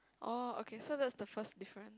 orh okay so that is the first difference